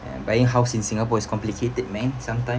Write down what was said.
buying house in singapore is complicated man sometimes